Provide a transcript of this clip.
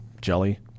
jelly